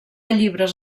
llibres